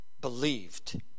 believed